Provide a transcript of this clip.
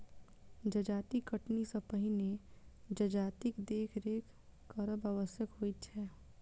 जजाति कटनी सॅ पहिने जजातिक देखरेख करब आवश्यक होइत छै